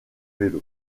vélo